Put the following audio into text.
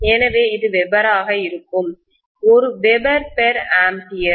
எனவே இது வெபராக இருக்கும் ஒரு வெபர்ஆம்பியர்